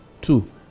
Two